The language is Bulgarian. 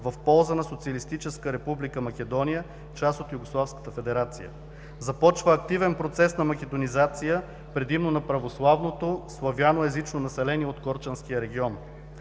в полза на Социалистическа република Македония, част от Югославската федерация. Започва активен процес на македонизация, предимно на православното славяноезично население от Корчанския регион.